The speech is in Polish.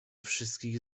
wszystkich